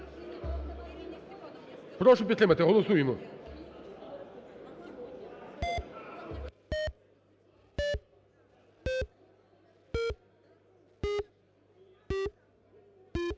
Прошу підтримати, голосуємо.